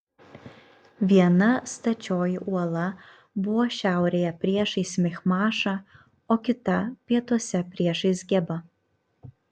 viena stačioji uola buvo šiaurėje priešais michmašą o kita pietuose priešais gebą